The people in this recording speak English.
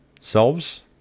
selves